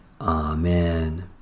Amen